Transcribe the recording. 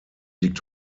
liegt